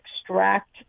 extract